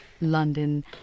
London